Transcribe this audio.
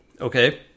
Okay